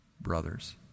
brothers